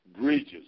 bridges